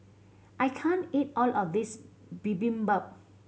I can't eat all of this Bibimbap